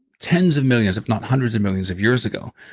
tens of millions, if not hundreds of millions of years ago.